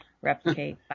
replicate